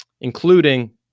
including